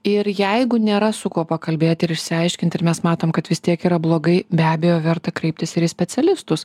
ir jeigu nėra su kuo pakalbėt ir išsiaiškint ir mes matom kad vis tiek yra blogai be abejo verta kreiptis ir į specialistus